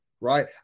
right